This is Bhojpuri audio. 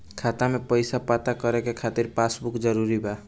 खाता में पईसा पता करे के खातिर पासबुक जरूरी बा?